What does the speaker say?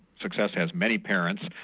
success has many parents,